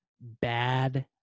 bad